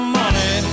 money